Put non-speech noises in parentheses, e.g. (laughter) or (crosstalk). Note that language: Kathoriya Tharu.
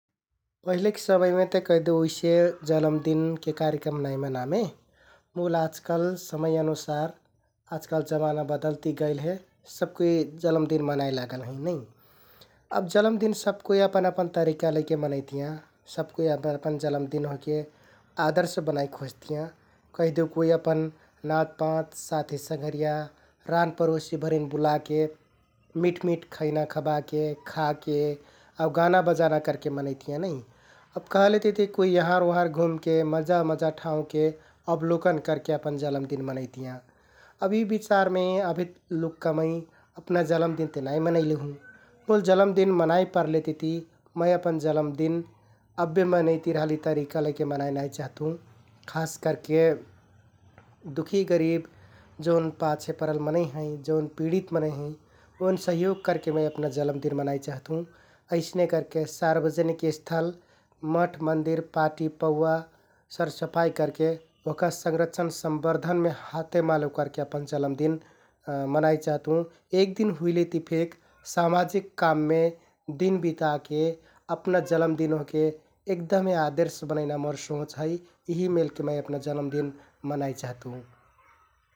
पहिले समयमे ते कहिदेउ उइसे जलमदिनके कार्यक्रम नाइ मनामें मुल आजकाल समय अनुसार आजकाल जमाना बदलति गैल हे । सबकुइ जलमदिन मनाइ लागल हैं नै । अब जलमदिन सबकुइ अपन अपन तरिका लैके मनैतियाँ । सबकुइ अपन अपन जलमदिन ओहके आदर्श बनाइ खुज्तियाँ । कहिदेउ कुइ अपन नाँतपाँत, साथी संघरिया, रानपरोसिभरिन बुलाके मिठ मिठ खैना खबाके, खा के आउ गाना बजाना करके मनैतियाँ नै । अब कहलेतिति कुइ यहँर उहँर घुमके मजा मजा ठाउँके अबलोकन करके अपन जलमदिन मनैतियाँ । अब इ बिचारमे अभेलुक्का मै अपना जलमदिन ते (noise) नाइ मनैले हुँ मुल जलमदिन मनाइ परलेतिति मै अपन जलमदिन अब्बे मनैति रहल इ तरिका लैके मनाइ नाइ चहतुँ । खास करके दुखि, गरिब जौन पाछे परल मनैं हैं जौन पिडित मनैं हैं ओइन सहयोग करके मै अपना जलमदिन मनाइ चहतुँ । अइसने करके सार्बजनिक स्थल, मठ, मन्दिर, पाटि, पौवा सरसफाइ करके, ओहका संरक्षण सम्बर्द्दनमे हातेमालो करके अपन जलमदिन (hesitation) मनाइ चहतुँ । एकदिन हुइलेति फेक सामाजिक काममे दिन बिताके अपना जलमदिन ओहके एगदमे आदर्श बनैना मोर सोंच है, यिहि मेलके मै अपना जलमदिन मनाइ चहतुँ ।